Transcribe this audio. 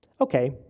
Okay